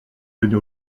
donner